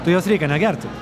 tai jos reikia negerti